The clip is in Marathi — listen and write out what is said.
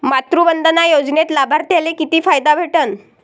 मातृवंदना योजनेत लाभार्थ्याले किती फायदा भेटन?